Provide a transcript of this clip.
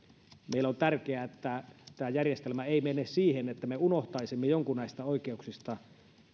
meille on tärkeää että tämä järjestelmä ei mene siihen että me unohtaisimme jonkun näistä oikeuksista